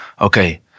okay